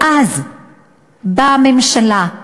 ואז באה הממשלה,